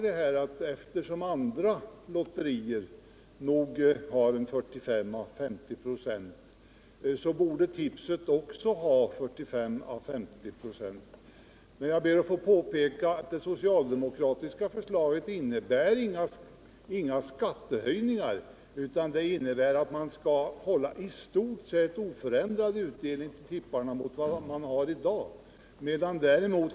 Han säger att eftersom andra lotterier belastas med 45 till 50 96 skatt borde det vara fallet också med tipset. Jag ber att få påpeka att det socialdemokratiska förslaget inte innebär några skattehöjningar utan att man skall ge tipparna i stort sett oförändrad utdelning i förhållande till i dag.